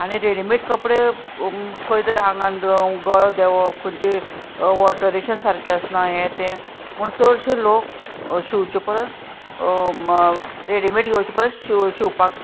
आनी रेडिमेड कपडे खंय तरी आंगांत गळो देंवप खंयचे ऑल्टरेशन सारकें आसना हें तें म्हूण चडशे लोक शिंवचे परस रेडिमेड घेवचे परस शिं शिंवपाक घेता